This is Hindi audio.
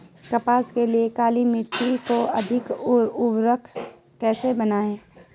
कपास के लिए काली मिट्टी को अधिक उर्वरक कैसे बनायें?